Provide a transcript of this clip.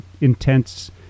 intense